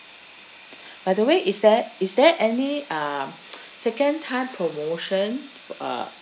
by the way is there is there any um second time promotion uh